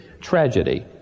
tragedy